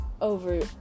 Over